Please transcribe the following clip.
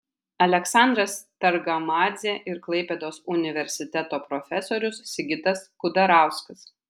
aleksandras targamadzė ir klaipėdos universiteto profesorius sigitas kudarauskas